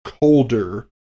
colder